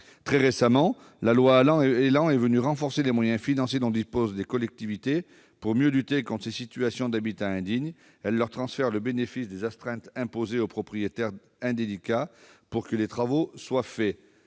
Très récemment enfin, la loi ÉLAN est venue renforcer les moyens financiers dont disposent les collectivités territoriales pour mieux lutter contre ces situations d'habitat indigne. Elle leur transfère le bénéfice des astreintes imposées aux propriétaires indélicats pour que les travaux soient faits.